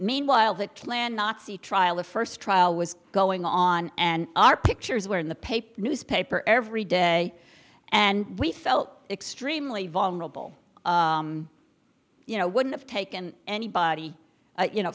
meanwhile that plan nazi trial the first trial was going on and our pictures were in the paper newspaper every day and we felt extremely vulnerable you know wouldn't have taken anybody you know